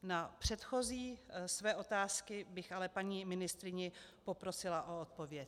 Na předchozí své otázky bych ale paní ministryni poprosila o odpověď.